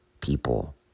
people